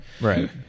Right